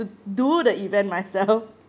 do the event myself